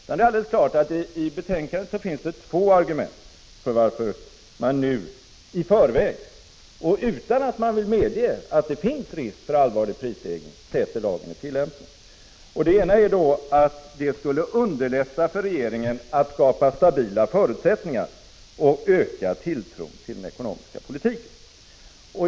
Det är alldeles klart att det i betänkandet finns två argument för att man nu — i förväg och utan att man vill medge att det finns risk för allvarlig prisstegring — sätter lagen i tillämpning. Det ena är att det skulle underlätta för regeringen att skapa stabila förutsättningar och öka tilltron till den ekonomiska politiken.